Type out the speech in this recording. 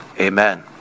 Amen